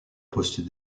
poste